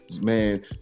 Man